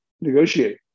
negotiate